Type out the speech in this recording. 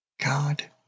God